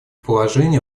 положения